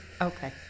okay